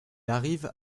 arrive